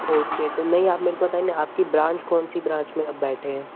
okay तो नहीं आप मेरे को बताएँ न आपकी ब्रांच कौनसी ब्रांच में आप बैठे हैं